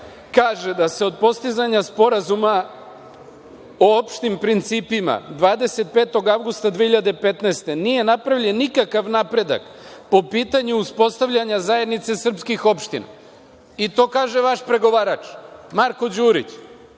Kaže da se od postizanja sporazuma o opštim principima 25. avgusta 2015. godine nije napravljen nikakav napredak po pitanju uspostavljanja zajednice srpskih opština i to kaže vaš pregovarač, Marko Đurić.